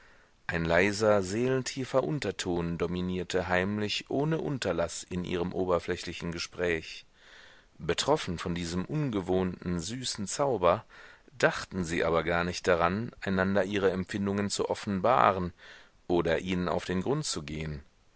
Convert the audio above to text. ein leiser seelentiefer unterton dominierte heimlich ohne unterlaß in ihrem oberflächlichen gespräch betroffen von diesem ungewohnten süßen zauber dachten sie aber gar nicht daran einander ihre empfindungen zu offenbaren oder ihnen auf den grund zu gehen